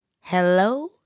Hello